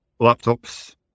laptops